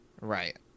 right